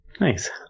nice